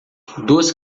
duas